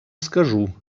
скажу